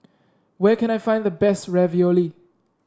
where can I find the best Ravioli